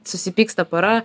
susipyksta pora